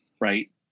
right